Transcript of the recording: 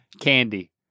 candy